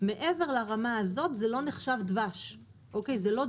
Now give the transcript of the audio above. כשמעבר לרמה הזאת זה לא נחשב דבש אמיתי.